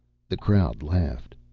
the crowd laughed.